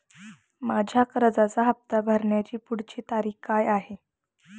माझ्या कर्जाचा हफ्ता भरण्याची पुढची तारीख काय आहे?